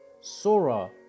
Sora